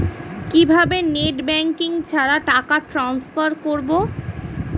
কিভাবে net banking ছাড়া টাকা ট্রান্সফার করবো?